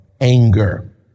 anger